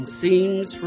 seems